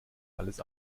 alles